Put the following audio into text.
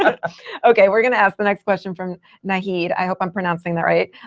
yeah ah ok, we're going to ask the next question from nahid. i hope i'm pronouncing that right.